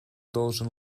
должен